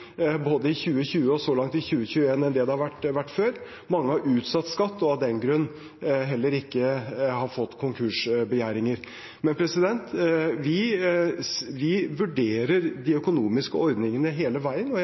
både i 2020 og så langt i 2021 enn det det har vært før. Mange har utsatt skatt og har av den grunn heller ikke fått konkursbegjæringer. Vi vurderer de økonomiske ordningene hele veien, og jeg